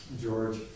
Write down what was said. George